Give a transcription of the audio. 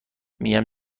میگم